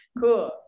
Cool